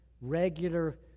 regular